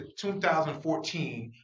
2014